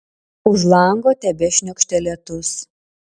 už lango tebešniokštė lietus